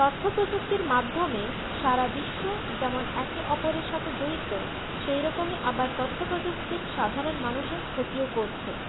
তথ্যপ্রযুক্তির মাধ্যমে সারা বিশ্ব যেমন একে অপরের সাথে জড়িত সেইরকমই আবার তথ্যপ্রযুক্তির সাধারণ মানুষের ক্ষতিও করছে